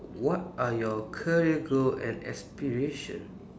what are your career goal and aspiration